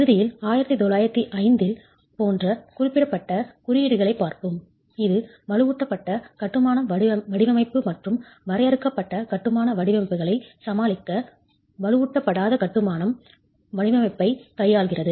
இறுதியில் 1905 போன்ற குறிப்பிட்ட குறியீடுகளைப் பார்ப்போம் இது வலுவூட்டப்பட்ட கட்டுமானம் வடிவமைப்பு மற்றும் வரையறுக்கப்பட்ட கட்டுமான வடிவமைப்புகளைச் சமாளிக்க வலுவூட்டப்படாத கட்டுமானம் வடிவமைப்பைக் கையாள்கிறது